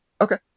Okay